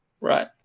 Right